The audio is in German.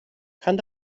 kann